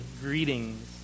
greetings